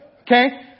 Okay